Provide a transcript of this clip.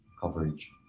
coverage